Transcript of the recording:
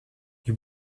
you